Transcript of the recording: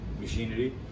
machinery